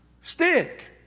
Stick